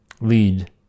lead